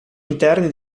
interni